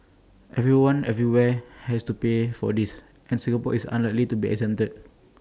everyone everywhere has to pay for this and Singapore is unlikely to be exempted